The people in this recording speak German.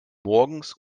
morgens